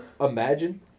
imagine